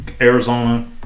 Arizona